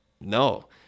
no